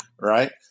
Right